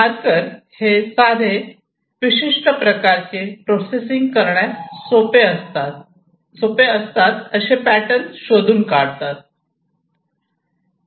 marker हे साधे हे विशिष्ट प्रकारचे प्रोसेसिंग करण्यात सोपे असतात असे पॅटर्न शोधून काढतात